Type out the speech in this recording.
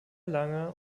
langer